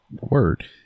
Word